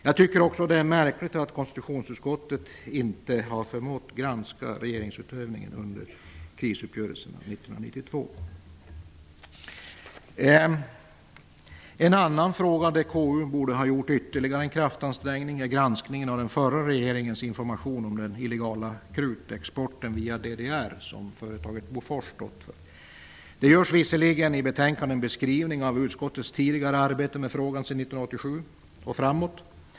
Det är också märkligt att konstitutionsutskottet inte har förmått granska regeringsutövningen under krisuppgörelsen år En annan fråga där KU borde ha gjort en ytterligare kraftansträngning är granskningen av den förra regeringens information av den illegala krutexport via DDR som företaget Bofors stått för. Det görs visserligen i betänkandet beskrivningar av utskottets tidigare arbete med frågan sedan år 1987 och framåt.